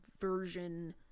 version